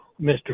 Mr